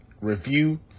review